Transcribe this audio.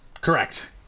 Correct